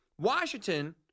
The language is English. Washington